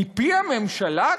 מפי הממשלה,